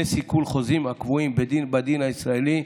סיכול חוזים הקבועים בדין הישראלי,